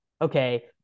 Okay